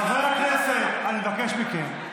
חברי הכנסת, אני מבקש מכם,